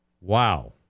Wow